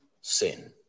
sin